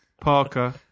Parker